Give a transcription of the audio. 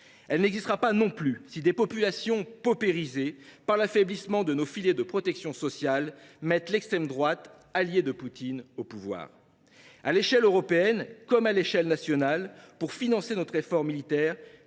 Elle n’existera pas non plus si des populations paupérisées par l’affaiblissement de nos filets de protection sociale placent l’extrême droite alliée de Poutine au pouvoir. À l’échelle européenne, comme à l’échelle nationale, pour financer notre effort militaire,